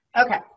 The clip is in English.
okay